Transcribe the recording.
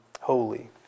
holy